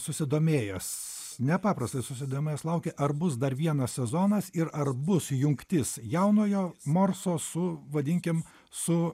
susidomėjęs nepaprastai susidomėjęs laukia ar bus dar vienas sezonas ir ar bus jungtis jaunojo morso su vadinkim su